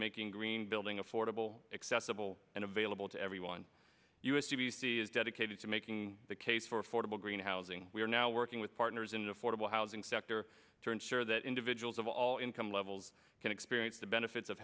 making green building affordable accessible and available to everyone us u b c is dedicated to making the case for affordable green housing we are now working with partners in an affordable housing sector to ensure that individuals of all income levels can experience the benefits of